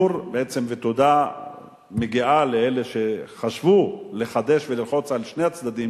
ותודה מגיעה לאלה שחשבו לחדש וללחוץ על שני הצדדים